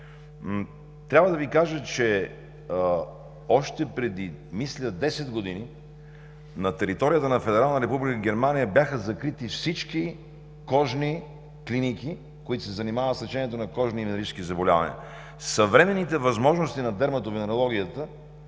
Трябва да Ви кажа, че още преди, мисля, десет години на територията на Федерална република Германия бяха закрити всички кожни клиники, които се занимават с лечението на кожни и венерически заболявания. Съвременните възможности на дерматовенерологията